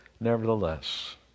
Nevertheless